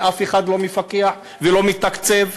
ואף אחד לא מפקח ולא מתקצב.